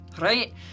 Right